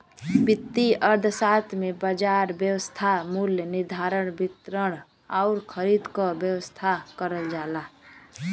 वित्तीय अर्थशास्त्र में बाजार व्यवस्था मूल्य निर्धारण, वितरण आउर खरीद क व्यवस्था करल जाला